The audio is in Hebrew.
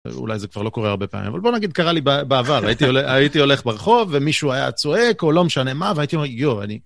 אולי זה כבר לא קורה הרבה פעמים אבל בוא נגיד קרה לי בעבר הייתי ...הייתי הולך ברחוב ומישהו היה צועק או לא משנה מה והייתי אומר יואו אני.